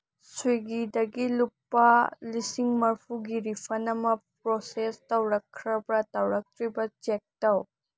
ꯁ꯭ꯋꯤꯒꯤꯗꯒꯤ ꯂꯨꯄꯥ ꯂꯤꯁꯤꯡ ꯃꯔꯐꯨꯒꯤ ꯔꯤꯐꯟ ꯑꯃ ꯄ꯭ꯔꯣꯁꯦꯁ ꯇꯧꯔꯛꯈ꯭ꯔꯕ ꯇꯧꯔꯛꯇ꯭ꯔꯤꯕ ꯆꯦꯛ ꯇꯧ